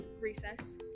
Recess